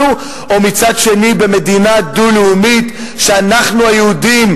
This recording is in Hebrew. במדינה דו-לאומית שבה אנחנו היהודים,